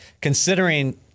considering